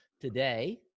today